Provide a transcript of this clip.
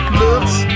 looks